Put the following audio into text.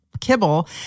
kibble